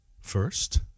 first